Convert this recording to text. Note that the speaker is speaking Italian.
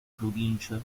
provincia